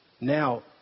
now